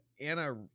anna